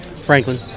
Franklin